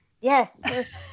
Yes